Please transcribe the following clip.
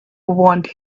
want